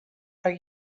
are